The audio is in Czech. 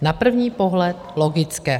Na první pohled logické.